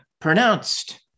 pronounced